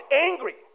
angry